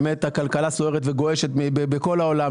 באמת הכלכלה סוערת וגועשת בכל העולם,